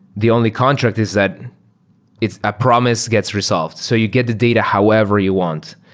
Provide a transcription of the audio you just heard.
the only contract is that it's a promise gets resolved. so you get the data however you want.